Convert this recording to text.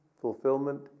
fulfillment